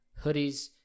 hoodies